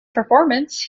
performance